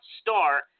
start